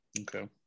okay